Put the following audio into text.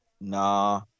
nah